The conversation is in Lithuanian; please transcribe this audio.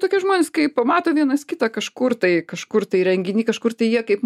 tokie žmonės kai pamato vienas kitą kažkur tai kažkur tai renginy kažkur tai jie kaip